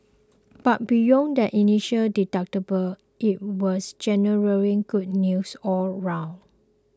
but beyond that initial deductible it was generally good news all round